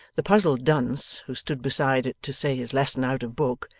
the puzzled dunce, who stood beside it to say his lesson out of book,